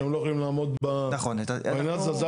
שהם לא יכולים לעמוד בעניין הזה.